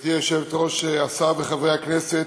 גברתי היושבת-ראש, השר וחברי הכנסת,